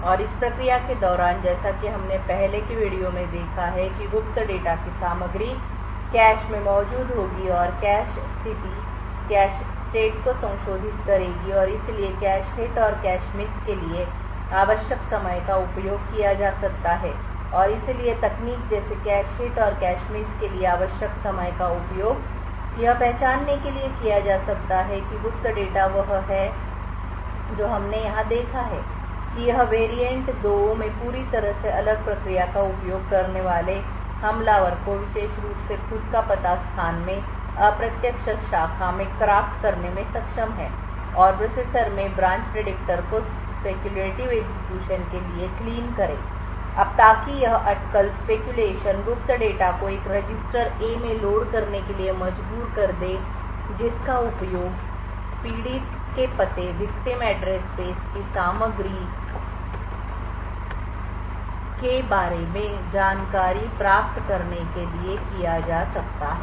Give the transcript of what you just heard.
और इस प्रक्रिया के दौरान जैसा कि हमने पहले के वीडियो में देखा है कि गुप्त डेटा की सामग्री कैश में मौजूद होगी और कैश स्थिति cache state कैश स्टेट को संशोधित करेगी और इसलिए कैश हिट और कैश मिस के लिए आवश्यक समय का उपयोग किया जा सकता है और इसलिए तकनीक जैसे कैश हिट और कैश मिस के लिए आवश्यक समय का उपयोग यह पहचानने के लिए किया जा सकता है कि गुप्त डेटा वह है जो हमने यहां देखा है कि यह वैरिएंट 2 में पूरी तरह से अलग प्रक्रिया का उपयोग करने वाले हमलावर को विशेष रूप से खुद का पता स्थान में अप्रत्यक्ष शाखा में शिल्प करने में सक्षम है और प्रोसेसर में ब्रांच प्रेडिक्टर को सट्टा लगाने के लिए साफ करें अब ताकि यह अटकल speculation स्पैक्यूलेशन गुप्त डेटा को एक रजिस्टर A में लोड करने के लिए मजबूर कर दे जिसका उपयोग पीड़ितों के पते victim address space victim address space की सामग्री कंटेंट के बारे में जानकारी प्राप्त करने के लिए किया जा सकता है